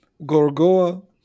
Gorgoa